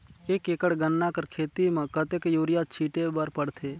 एक एकड़ गन्ना कर खेती म कतेक युरिया छिंटे बर पड़थे?